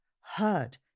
heard